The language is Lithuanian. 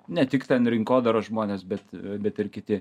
ne tik ten rinkodaros žmonės bet bet ir kiti